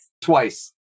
Twice